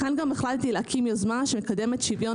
לכן גם החלטתי להקים יוזמה שמקדמת שוויון